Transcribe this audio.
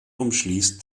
umschließt